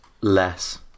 less